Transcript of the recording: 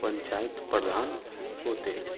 पंचायत प्रधान होते हैं